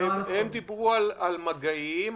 הם דיברו על מגעים.